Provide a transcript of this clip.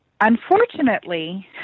Unfortunately